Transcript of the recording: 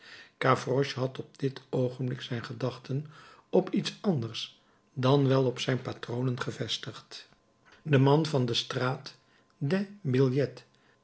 gavroche had op dit oogenblik zijn gedachten op iets anders dan wel op zijn patronen gevestigd de man van de straat des